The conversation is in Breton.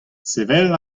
sevel